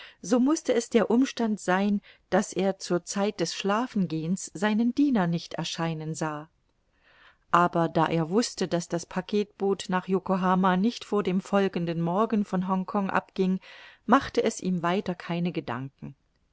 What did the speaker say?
so mußte es der umstand sein daß er zur zeit des schlafengehens seinen diener nicht erscheinen sah aber da er wußte daß das packetboot nach yokohama nicht vor dem folgenden morgen von hongkong abging machte es ihm weiter keine gedanken